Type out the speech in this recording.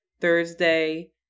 Thursday